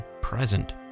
present